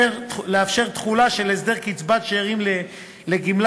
לאפשר תחולה של הסדר קצבת השאירים לגמלאי